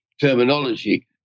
terminology